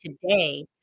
today